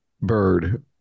bird